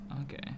Okay